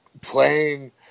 playing